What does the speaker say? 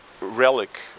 relic